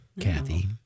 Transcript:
Kathy